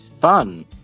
Fun